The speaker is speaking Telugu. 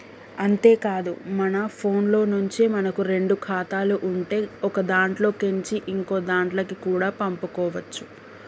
అంతేకాదు మన ఫోన్లో నుంచే మనకు రెండు ఖాతాలు ఉంటే ఒకదాంట్లో కేంచి ఇంకోదాంట్లకి కూడా పంపుకోవచ్చు